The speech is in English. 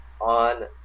on